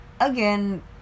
again